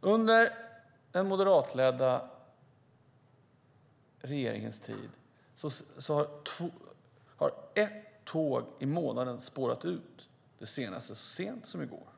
Under den moderatledda regeringens tid har ett tåg i månaden spårat ur, det senaste så sent som i går.